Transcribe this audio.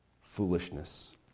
foolishness